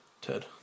Ted